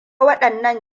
waɗannan